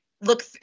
look